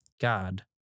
God